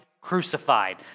crucified